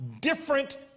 different